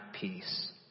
peace